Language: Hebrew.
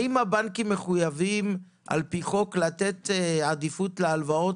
האם הבנקים מחויבים על פי חוק לתת עדיפות להלוואות